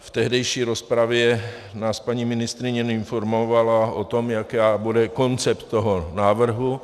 V tehdejší rozpravě nás paní ministryně informovala o tom, jaký bude koncept toho návrhu.